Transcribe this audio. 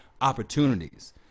opportunities